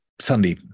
Sunday